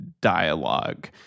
dialogue